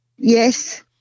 Yes